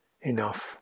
enough